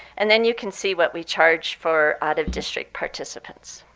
and then you can see what we charge for out of district participants.